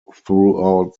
throughout